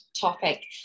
topic